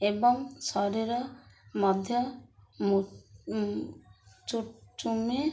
ଏବଂ ଶରୀର ମଧ୍ୟ ଚୁ ଚୁମି